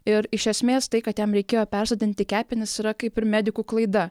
ir iš esmės tai kad jam reikėjo persodinti kepenis yra kaip ir medikų klaida